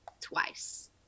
twice